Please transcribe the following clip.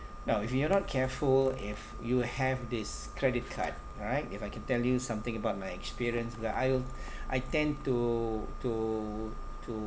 now if you're not careful if you have this credit card right if I can tell you something about my experience that I'll I tend to to to